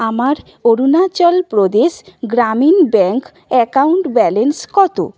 আমার Arunachal Pradesh Gramin bank account balance কত